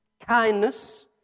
kindness